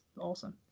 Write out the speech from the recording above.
awesome